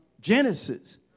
Genesis